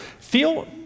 feel